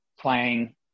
playing